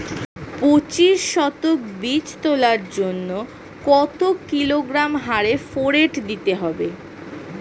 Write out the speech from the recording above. পঁচিশ শতক বীজ তলার জন্য কত কিলোগ্রাম হারে ফোরেট দিতে হবে?